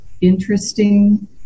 interesting